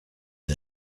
est